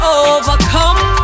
overcome